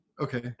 okay